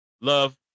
love